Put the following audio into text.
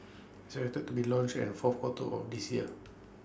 be launched and fourth quarter of this year